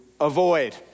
avoid